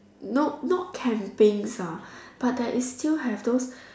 no not campings ah but there is still have those